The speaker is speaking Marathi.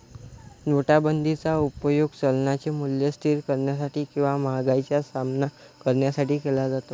नोटाबंदीचा उपयोग चलनाचे मूल्य स्थिर करण्यासाठी किंवा महागाईचा सामना करण्यासाठी केला जातो